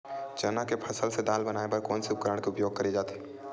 चना के फसल से दाल बनाये बर कोन से उपकरण के उपयोग करे जाथे?